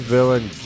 Villain